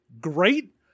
great